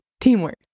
teamwork